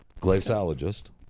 Glaciologist